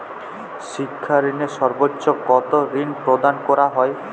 শিক্ষা ঋণে সর্বোচ্চ কতো ঋণ প্রদান করা হয়?